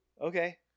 Okay